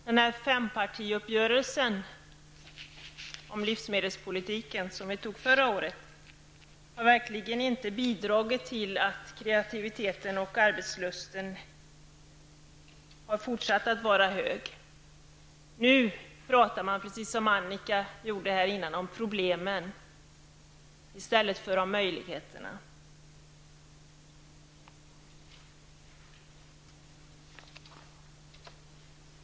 Men fempartiuppgörelsen om livsmedelspolitiken som träffades förra året har verkligen inte bidragit till att kreativiteten och arbetslusten har fortsatt. Nu pratar man, precis som Annika Åhnberg gjorde här nyss, om problemen i stället för om möjligheterna.